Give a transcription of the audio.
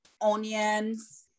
onions